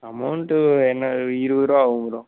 amount என்ன இருபது ருபா ஆகும் ப்ரோ